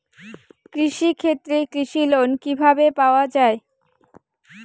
কৃষি ক্ষেত্রে কৃষি লোন কিভাবে পাওয়া য়ায়?